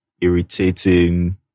irritating